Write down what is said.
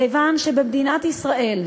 מכיוון שבמדינת ישראל,